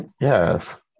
yes